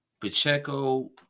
Pacheco